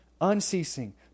unceasing